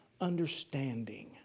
understanding